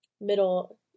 middle